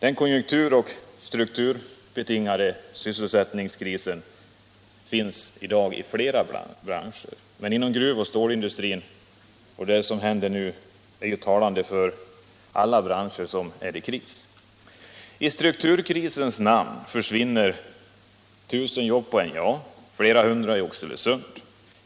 Allmänpolitisk debatt dustrin är betecknande för alla branscher som är i kris. I strukturkrisens namn försvinner 1 000 jobb på NJA och flera hundra i Oxelösund.